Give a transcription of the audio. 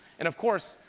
and of course,